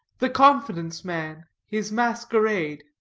the confidence-man his masquerade.